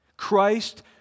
Christ